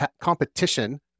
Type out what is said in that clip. competition